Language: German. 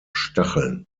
stacheln